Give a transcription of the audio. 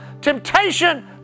temptation